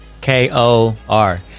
K-O-R